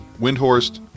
Windhorst